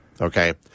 Okay